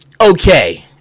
okay